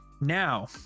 Now